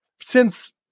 since-